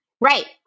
Right